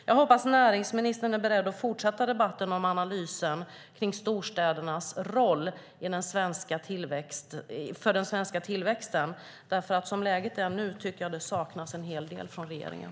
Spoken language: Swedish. Jag hoppas att näringsministern är beredd att fortsätta debatten om analysen av storstädernas roll för den svenska tillväxten. Som läget är nu tycker jag att det saknas en hel del från regeringen.